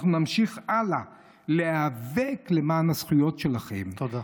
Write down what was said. אנחנו נמשיך להיאבק הלאה למען הזכויות שלכם, תודה.